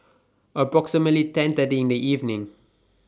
approximately ten thirty in The evening